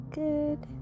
good